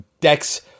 Dex